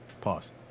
Pause